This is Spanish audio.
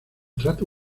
trato